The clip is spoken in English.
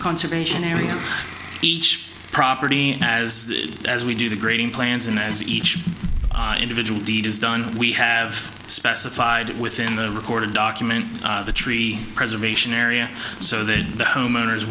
conservation area each property as as we do the grading plans and as each individual deed is done we have specified within the record document the tree preservation area so that the homeowners